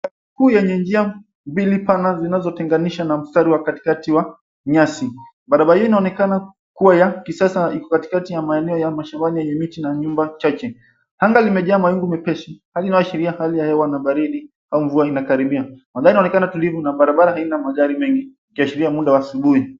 Kuu yenye njia mbili pana zinazotenganishwa na mstari wa katikati wa nyasi. Barabara hii inaonekana kuwa ya kisasa iko katikati ya maeneo ya mashambani yenye miti na nyumba chache. Anga limejaa mawingu mepesi, hili linayoashiria hali ya hewa na baridi au mvua inakaribia. Mandhari inaonekana tulivu na barabara haina magari mengi, ikiashiria muda wa asubuhi.